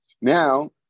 Now